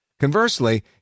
Conversely